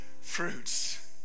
fruits